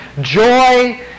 Joy